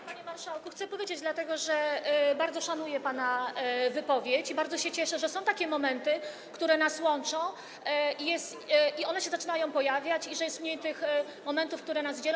Tak, panie marszałku, chcę powiedzieć, dlatego że bardzo szanuję pana wypowiedź i bardzo się cieszę, że są takie momenty, które nas łączą, one się zaczynają pojawiać, i że jest mniej tych momentów, które nas dzielą.